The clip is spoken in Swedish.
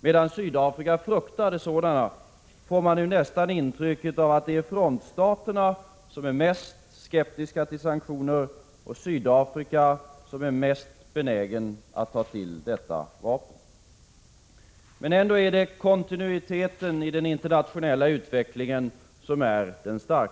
mot Sydafrika och att Sydafrika fruktade sådana, får man nu nästan intrycket av att det är frontstaterna som är mest skeptiska till sanktioner och Sydafrika som är mest benäget att ta till detta vapen. Ändå är kontinuiteten i den internationella utvecklingen stark.